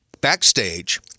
backstage